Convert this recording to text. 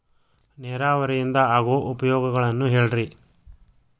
ನೇರಾವರಿಯಿಂದ ಆಗೋ ಉಪಯೋಗಗಳನ್ನು ಹೇಳ್ರಿ